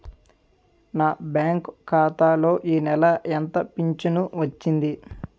నా బ్యాంక్ ఖాతా లో ఈ నెల ఎంత ఫించను వచ్చింది?